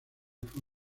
fue